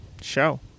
show